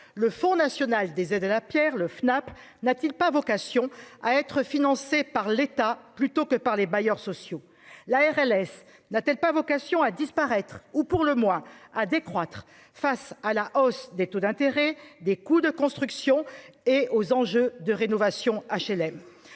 le Fonds national des aides à la Pierre, le FNAP n'a-t-il pas vocation à être financés par l'État plutôt que par les bailleurs sociaux, la RLS n'a-t-elle pas vocation à disparaître ou pour le moins à décroître face à la hausse des taux d'intérêt des coûts de construction et aux enjeux de rénovation HLM